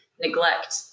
neglect